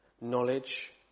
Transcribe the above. knowledge